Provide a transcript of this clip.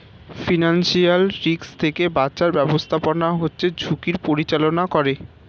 financial risk থেকে বাঁচার ব্যাবস্থাপনা হচ্ছে ঝুঁকির পরিচালনা করে